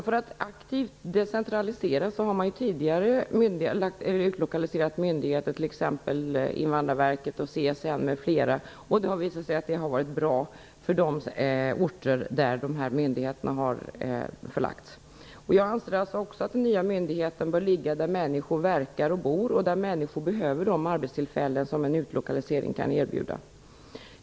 För att aktivt decentralisera har man tidigare utlokaliserat myndigheter, t.ex. Invandrarverket, CSN, m.fl. Det har visat sig att det har varit bra för de orter där dessa myndigheter har förlagts. Jag anser också att den nya myndigheten bör ligga där människor verkar och bor och där människor behöver de arbetstillfällen som en utlokalisering kan erbjuda.